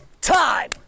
time